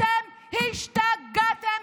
אתם השתגעתם.